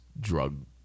drug